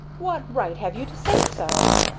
what right have you to say so?